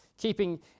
keeping